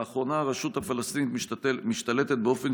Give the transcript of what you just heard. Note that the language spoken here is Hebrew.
לאחרונה הרשות הפלסטינית משתלטת באופן